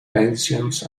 pensions